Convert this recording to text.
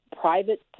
private